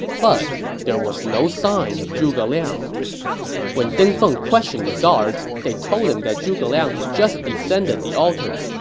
but there was no sign of zhuge liang when ding feng asked the guards, they told him that zhuge liang had just descended the altar.